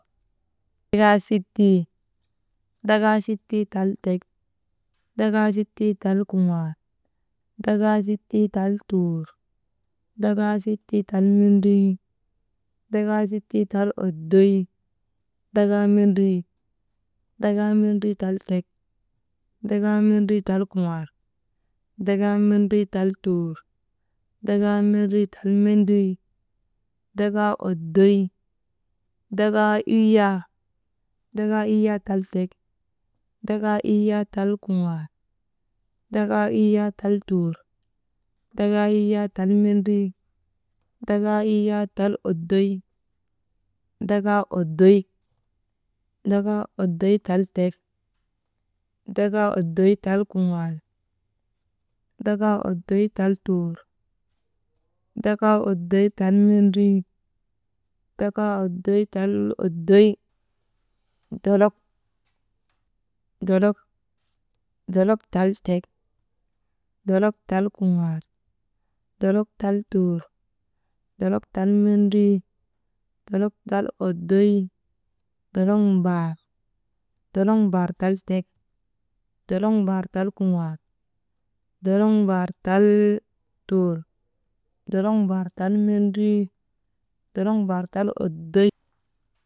Dakaa sittii, dakaa sittii tal tek, dakaa sittii tal kuŋaal, dakaa sittii tal tuur, dakaa sittii tal mendrii, dakaa sittii tal oddoy, dakaa mendrii, dakaa mendrii tal tek, dakaa mendrii tal kuŋaal, dakaa mendrii tal tuur, dakaa mendrii mendrii, dakaa oddoy, dakaa iyyaa, dakaa iyyaa tal tek, dakaa iyyaa tal kuŋaal, dakaa iyyaa tal tuur, dakaa iyyaa tal mendrii, dakaa iyyaa tal oddoy, dakaa oddoy, dakaa oddoy tal tek, dakaa oddoy tal kuŋaal, dakaa oddoy tal tuur, dakaa oddoy tal mendrii, dakaa oddoy tal oddoy, dolok, dolok tal tek, dolok tal kuŋaal, dolok tal tuur, dolok tal mendrii, dolok tal oddoy, dolok mbaar tal tek, dolok mbaar tal kuŋaal, dolok mbaar tal tuur, dolok mbaar tal mendrii, dolok mbaar tal oddoy.